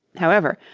however,